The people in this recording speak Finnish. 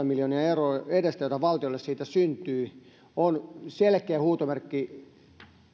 miljoonien eurojen edestä niitä kustannuksia joita valtiolle siitä syntyi se on selkeä huutomerkki